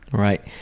right.